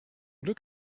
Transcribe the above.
glück